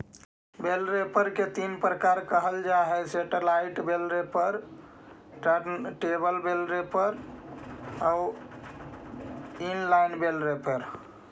बेल wrapper के तीन प्रकार कहल जा हई satellite bale wrapper, turntable bale wrapper आउ इन लाइन बेल रैपर